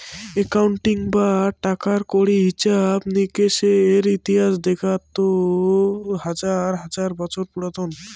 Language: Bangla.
একাউন্টিং বা টাকা কড়ির হিছাব নিকেসের ইতিহাস দেখাত তো হাজার হাজার বছর পুরাতন